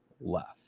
left